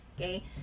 okay